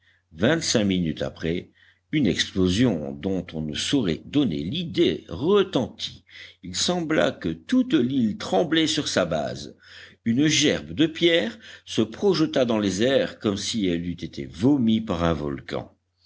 vingt-cinq minutes après une explosion dont on ne saurait donner l'idée retentit il sembla que toute l'île tremblait sur sa base une gerbe de pierres se projeta dans les airs comme si elle eût été vomie par un volcan